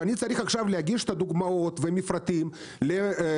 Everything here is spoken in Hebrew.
שאני צריך עכשיו להגיש את דוגמאות ומפרטים לבט"פ,